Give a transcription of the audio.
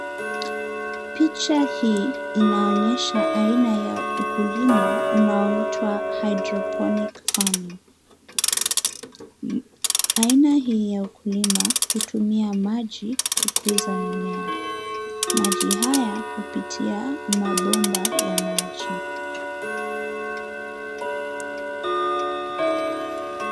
Picha hii inaonyesha aina ya ukulima unaoitwa hydroponic farming . Aina hii ya ukulima hutumia maji kukuza mimea. Maji haya hupitia mabomba ya maji .